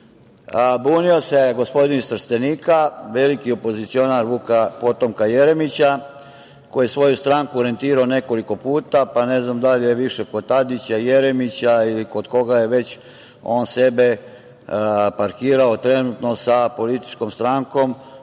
bunio se gospodin iz Trstenika, veliki opozicionar Vuka potomka Jeremića, koji je svoju stranku orijentirao nekoliko puta, pa ne znam da li je više kod Tadića, Jeremića ili kod koga je već on sebe parkirao trenutno sa političkom strankom